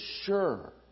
sure